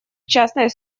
частной